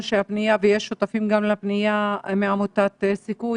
שותפים גם לפנייה מעמותת "סיכוי",